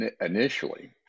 initially